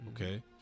Okay